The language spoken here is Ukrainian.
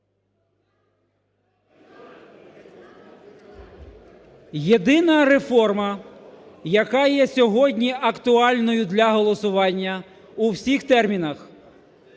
Єдина реформа, яка є сьогодні актуальною для голосування у всіх термінах: